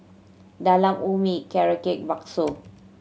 Talam Ubi Carrot Cake bakso